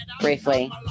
briefly